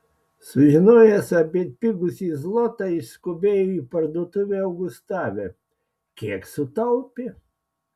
sužinojęs apie atpigusį zlotą išskubėjo į parduotuvę augustave kiek sutaupė